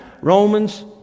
Romans